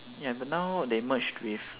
ya but now they merged with